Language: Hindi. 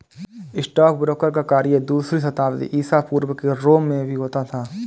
स्टॉकब्रोकर का कार्य दूसरी शताब्दी ईसा पूर्व के रोम में भी होता था